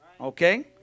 Okay